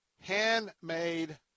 handmade